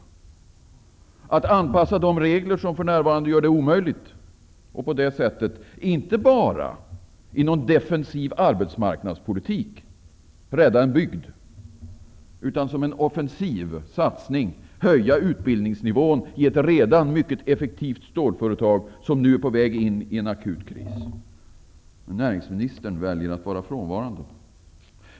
Det handlar om att anpassa de regler som för närvarande gör det omöjligt, och på det sättet inte bara genom defensiv arbetsmarknadspolitik rädda en bygd, utan som en offensiv satsning höja utbildningsnivån i ett redan mycket effektivt stålföretag, som nu är på väg in i en akut kris. Men näringsministern väljer att vara frånvarande.